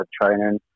training